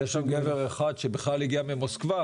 יש לו אפשרות לפנות אליכם בטלפונים שאנחנו נפרסם.